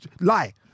lie